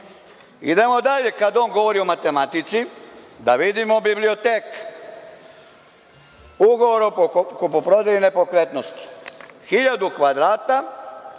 bave. Idemo dalje, kad on govori o matematici, da vidimo biblioteku. Ugovor o kupoprodaji nepokretnosti,